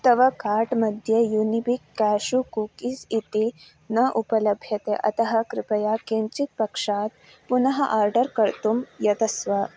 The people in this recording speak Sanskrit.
तव कार्ट् मद्ये यूनिबिक् केशू कुक्कीस् इति न उपलभ्यते अतः कृपया किञ्चित् पश्चात् पुनः आर्डर् कर्तुं यतस्व